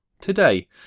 Today